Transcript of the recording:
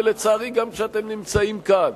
ולצערי גם כשאתם נמצאים כאן,